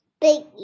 Big